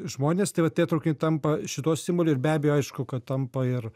žmonės tai va tie traukiniai tampa šituo simboliu ir be abejo aišku kad tampa ir